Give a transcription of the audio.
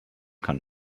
kann